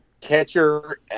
Catcher